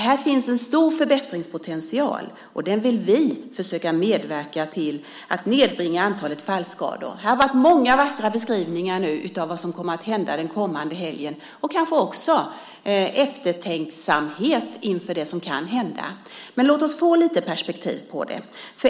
Här finns en stor förbättringspotential, och vi vill försöka medverka till att nedbringa antalet fallskador. Här har varit många beskrivningar av vad som kan komma att hända den kommande helgen, och kanske också eftertänksamhet inför det som kan hända. Låt oss få lite perspektiv på detta.